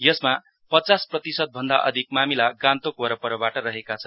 यसमा पञ्चास प्रतिशत भन्दा अधिक मामिला गान्तोक वरपरबाट रहेका छन्